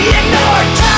ignored